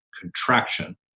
contraction